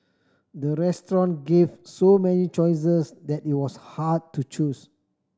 the restaurant gave so many choices that it was hard to choose